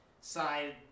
side